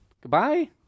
goodbye